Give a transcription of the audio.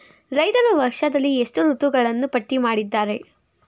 ರೈತರು ವರ್ಷದಲ್ಲಿ ಎಷ್ಟು ಋತುಗಳನ್ನು ಪಟ್ಟಿ ಮಾಡಿದ್ದಾರೆ?